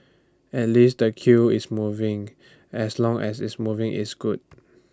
at least the queue is moving as long as it's moving it's good